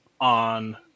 on